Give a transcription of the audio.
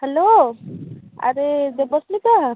hello ଆରେ ଦେବସ୍ମିତା